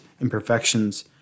imperfections